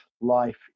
life